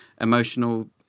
emotional